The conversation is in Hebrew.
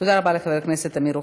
תודה רבה לחבר הכנסת אמיר אוחנה.